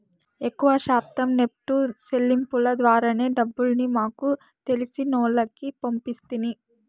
ఎక్కవ శాతం నెప్టు సెల్లింపుల ద్వారానే డబ్బుల్ని మాకు తెలిసినోల్లకి పంపిస్తిని